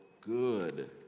good